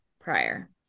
prior